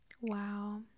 Wow